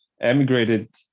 emigrated